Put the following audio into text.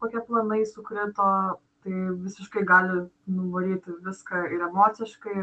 kokie planai sukrito tai visiškai gali nuvaryti viską ir emociškai